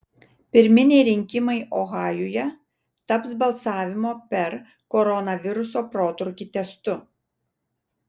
pirminiai rinkimai ohajuje taps balsavimo per koronaviruso protrūkį testu